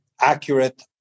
accurate